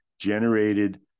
Generated